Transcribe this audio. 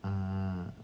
uh